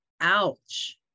ouch